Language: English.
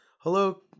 Hello